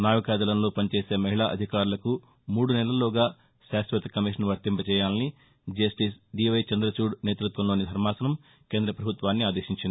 నావికాదళంలో పనిచేసే మహిళా అధికారులకు మూడు నెలల్లోగా శాశ్వత కమిషన్ వర్తింపచేయాలని జస్టిస్ డీవై చంద్రచూడ్ నేతృత్వంలోని ధర్మాసనం కేంద్రద పభుత్వాన్ని ఆదేశించింది